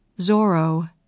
Zorro